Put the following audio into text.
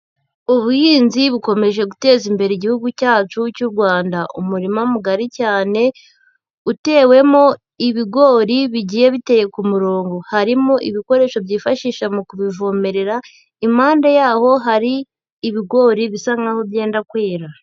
Ubuhinzi bukomeje guteza imbere Igihugu cyacu cy'u Rwanda, umurima mugari cyane utewemo ibigori bigiye biteye ku murongo, harimo ibikoresho byifashisha mu kubivomerera, impande yaho hari ibigori bisa naho byenda kwera.